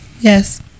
Yes